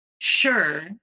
sure